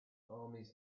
armies